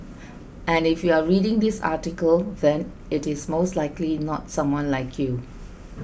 and if you are reading this article then it is most likely not someone like you